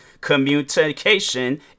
Communication